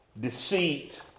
deceit